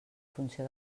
funció